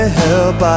help